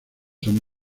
son